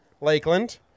Lakeland